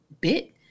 bit